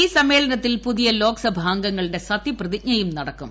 ഈ സമ്മേളനത്തിൽ പുതിയ ലോക്സഭ അംഗങ്ങളുടെ സത്യപ്രതിജ്ഞയും നടക്കും